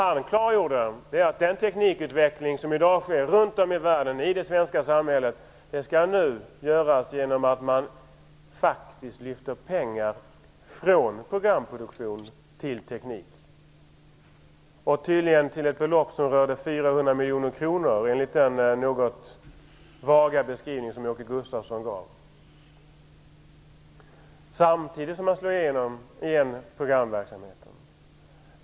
Han klargjorde att den teknikutveckling som sker runt om i världen och i det svenska samhället i dag nu skall göras genom att man lyfter pengar från programproduktionen till tekniken. Det handlar tydligen om ett belopp på 400 miljoner kronor, enligt den något vaga beskrivning som Åke Gustavsson gav. Samtidigt slår man igen programverksamheten.